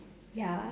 ya